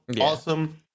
Awesome